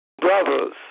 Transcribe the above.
Brothers